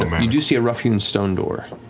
matt you do see a rough-hewn stone door